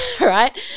right